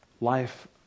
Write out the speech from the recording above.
life